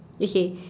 okay